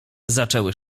zaczęły